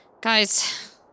Guys